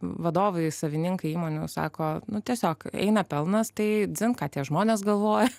vadovai savininkai įmonių sako nu tiesiog eina pelnas tai dzin ką tie žmonės galvoja